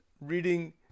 reading